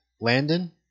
Landon